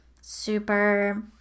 super